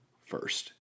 first